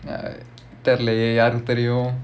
ya தெரிலேயே யாருக்கு தெரியும்:terilayae yaarukku teriyum